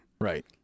Right